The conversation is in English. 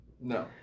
no